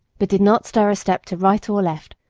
but did not stir a step to right or left.